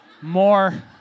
more